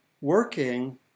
working